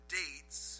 dates